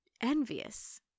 envious